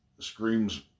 Screams